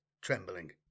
trembling